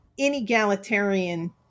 inegalitarian